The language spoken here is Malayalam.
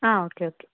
ആ ഓക്കെ ഓക്കെ